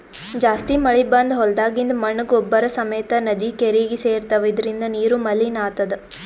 ಜಾಸ್ತಿ ಮಳಿ ಬಂದ್ ಹೊಲ್ದಾಗಿಂದ್ ಮಣ್ಣ್ ಗೊಬ್ಬರ್ ಸಮೇತ್ ನದಿ ಕೆರೀಗಿ ಸೇರ್ತವ್ ಇದರಿಂದ ನೀರು ಮಲಿನ್ ಆತದ್